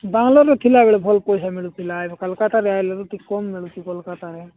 ବାଙ୍ଗଲୋରରେ ଥିଲାବେଳେ ଭଲ ପଇସା ମିଳୁଥିଲା ଆଉ କୋଲକାତାରେ ଆଇଲାରୁ ଟିକେ କମ ମିଳୁଛି କୋଲକାତାରେ